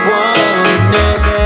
oneness